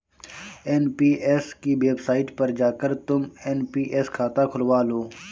NPS की website पर जाकर तुम एन.पी.एस खाता खुलवा लो